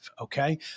Okay